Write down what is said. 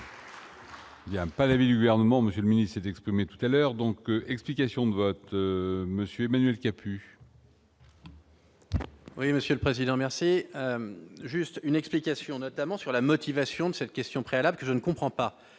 pas la vie lui armement monsieur mini-s'est exprimé tout à l'heure donc, explications de vote Monsieur Manuel qui a plus. Oui, Monsieur le Président merci juste une explication notamment sur la motivation de cette question préalable : je ne comprends pas,